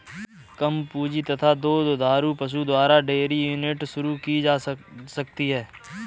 कम पूंजी तथा दो दुधारू पशु द्वारा डेयरी यूनिट शुरू की जा सकती है